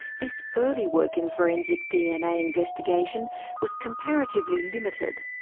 this early work in forensic dna investigation was comparatively limited.